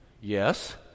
Yes